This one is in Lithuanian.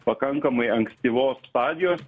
pakankamai ankstyvos stadijos